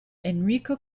enrico